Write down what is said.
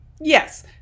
Yes